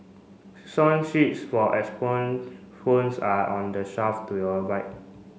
song sheets for phones are on the shelf to your right